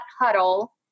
huddle